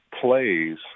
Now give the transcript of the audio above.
plays